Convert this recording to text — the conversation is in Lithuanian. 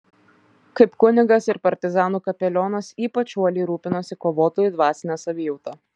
kaip kunigas ir partizanų kapelionas ypač uoliai rūpinosi kovotojų dvasine savijauta